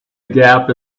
gap